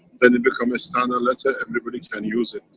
then it become a standard letter everybody can use it.